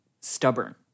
stubborn